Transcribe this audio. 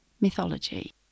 mythology